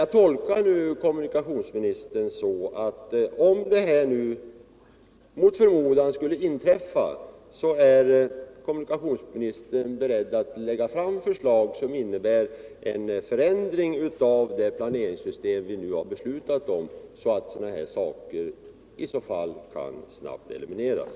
Jag tolkar kommunikationsministern så att om det jag här talat om mot förmodan skulle inträffa, är kommunikationsministern beredd att lägga fram förslag som innebär en förändring av det planeringssystem som vi nu beslutat om, så att de här riskerna snabbt kan elimineras.